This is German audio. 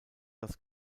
das